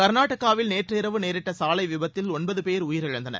கர்நாடகாவில் நேற்று இரவு நேரிட்ட சாலை விபத்தில் ஒன்பது பேர் உயிரிழந்தனர்